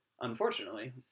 Unfortunately